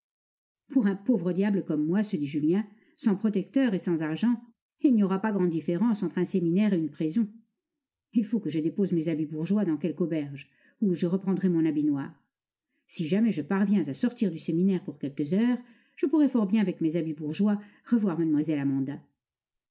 pour un pauvre diable comme moi se dit julien sans protecteurs et sans argent il n'y aura pas grande différence entre un séminaire et une prison il faut que je dépose mes habits bourgeois dans quelque auberge où je reprendrai mon habit noir si jamais je parviens à sortir du séminaire pour quelques heures je pourrai fort bien avec mes habits bourgeois revoir mlle amanda